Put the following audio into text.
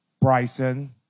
Bryson